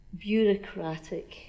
bureaucratic